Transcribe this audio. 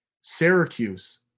Syracuse